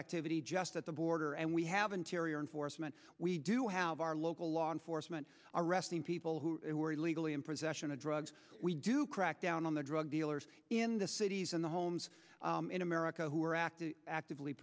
activity just at the border and we have interior enforcement we do have our local law enforcement arresting people who are illegally in possession of drugs we do crack down on the drug dealers in the cities and the homes in america who are active actively